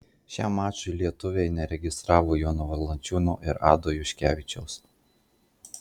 šiam mačui lietuviai neregistravo jono valančiūno ir ado juškevičiaus